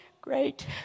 great